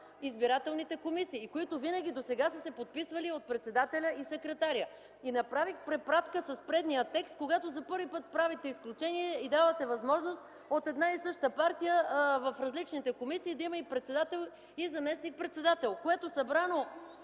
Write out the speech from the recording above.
избирателните комисии, които винаги досега са се подписвали от председателя и секретаря. И направих препратка с предния текст, когато за първи път правите изключение и давате възможност от една и съща партия в различните комисии да има и председател, и заместник-председател, което събрано